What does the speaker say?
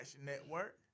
Network